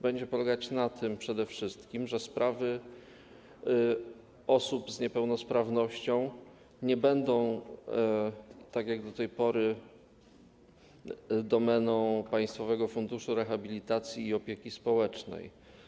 Będzie to polegać przede wszystkim na tym, że sprawy osób z niepełnosprawnością nie będą - tak było do tej pory - domeną państwowego funduszu rehabilitacji i opieki społecznej.